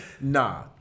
Nah